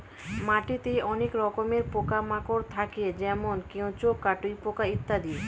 মাটিতে অনেক রকমের পোকা মাকড় থাকে যেমন কেঁচো, কাটুই পোকা ইত্যাদি